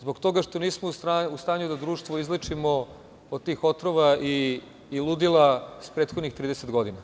zbog toga što nismo u stanju da društvo izlečimo od tih otrova i ludila iz prethodnih 30 godina.